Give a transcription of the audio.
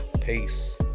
Peace